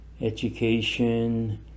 education